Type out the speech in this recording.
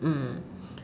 mm